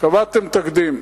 קבעתם תקדים.